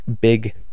big